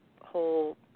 whole